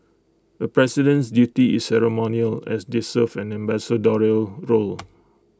A president's duty is ceremonial as they serve an ambassadorial role